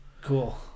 Cool